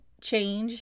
change